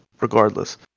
regardless